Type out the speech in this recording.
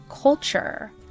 culture